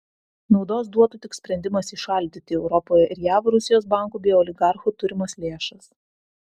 naudos duotų tik sprendimas įšaldyti europoje ir jav rusijos bankų bei oligarchų turimas lėšas